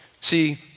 See